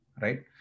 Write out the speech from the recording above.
right